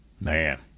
Man